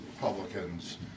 Republicans